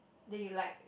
then you like